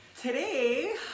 Today